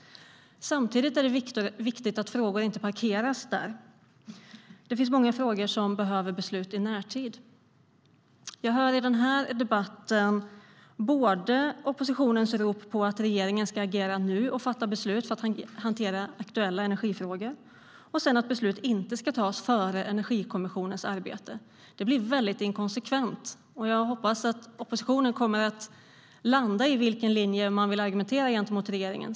Samtidigt är det viktigt att frågor inte parkeras där, eftersom det finns många frågor som behöver beslut i närtid. Jag hör i denna debatt både oppositionens rop på att regeringen ska agera nu och fatta beslut för att hantera aktuella energifrågor och sedan att beslut inte ska tas innan Energikommissionens arbete är klart. Det blir mycket inkonsekvent. Jag hoppas att oppositionen kommer att landa i enligt vilken linje som man vill argumentera gentemot regeringen.